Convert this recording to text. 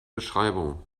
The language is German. beschreibung